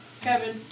Kevin